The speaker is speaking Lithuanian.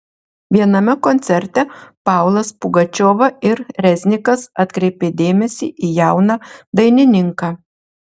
viename koncerte paulas pugačiova ir reznikas atkreipė dėmesį į jauną dainininką